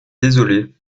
désolé